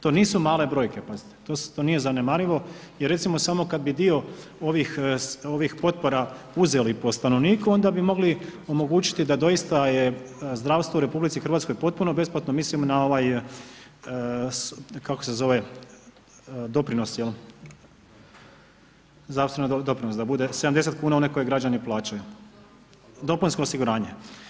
To nisu male brojke, pazite, to nije zanemarivo i recimo samo kada bi dio ovih potpora uzeli po stanovniku, onda bi mogli omogućiti da doista je zdravstvo u RH potpuno besplatno, milim na ovaj kako se zove, doprinos je li, zdravstveni doprinos da bude, 70 kuna, one koje građani plaćaju, dopunsko osiguranje.